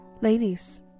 Ladies